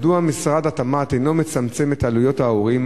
מדוע משרד התמ"ת אינו מצמצם את עלויות ההורים,